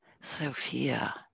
Sophia